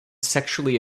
sexually